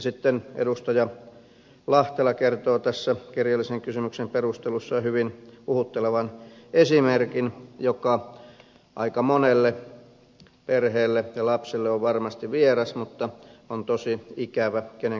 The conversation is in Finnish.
sitten edustaja lahtela kertoo tässä kirjallisen kysymyksen perustelussaan hyvin puhuttelevan esimerkin joka aika monelle perheelle ja lapselle on varmasti vieras mutta on tosi ikävä kenen kohdalle se sitten sattuu